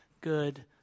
good